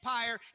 Empire